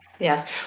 Yes